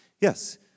yes